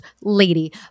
lady